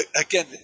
again